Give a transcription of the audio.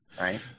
right